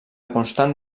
constant